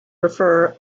prefer